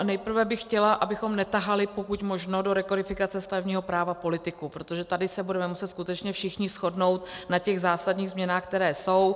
Nejprve bych chtěla, abychom netahali pokud možno do rekodifikace stavebního práva politiku, protože tady se budeme muset skutečně všichni shodnout na těch zásadních změnách, které jsou.